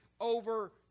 over